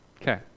Okay